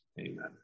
amen